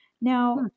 Now